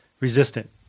resistant